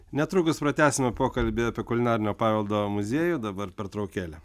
netrukus pratęsime pokalbį apie kulinarinio paveldo muziejų dabar pertraukėlė